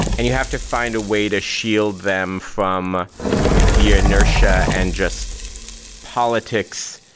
and you have to find a way to shield them from the ah inertia and just politics.